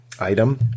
item